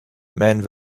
man